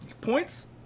points